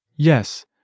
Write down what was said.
Yes